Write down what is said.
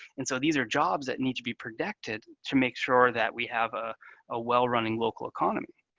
and so these are jobs that need to be protected to make sure that we have a ah well-running local economy.